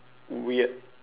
weird